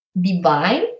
Divine